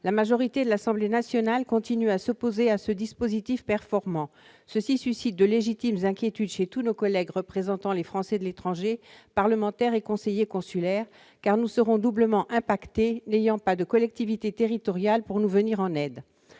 La majorité à l'Assemblée nationale continue à s'opposer à ce dispositif performant. Cela suscite de légitimes inquiétudes chez tous nos collègues représentant les Français de l'étranger, parlementaires et conseillers consulaires, car nous serons doublement impactés, n'ayant pas de collectivité territoriale pour nous venir en aide.